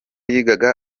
yigaga